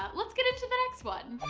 ah let's get into the next one.